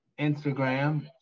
Instagram